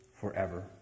forever